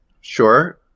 Sure